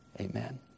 amen